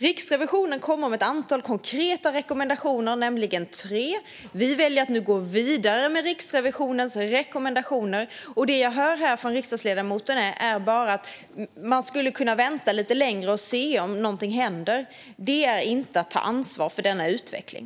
Riksrevisionen kommer med tre konkreta rekommendationer, och vi väljer att gå vidare med dem. Men det jag hör från riksdagsledamoten är att man ska vänta lite längre och se om något händer. Det är inte att ta ansvar för denna utveckling.